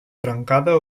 trencada